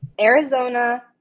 Arizona